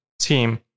team